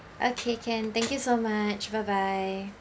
okay can thank you so much bye bye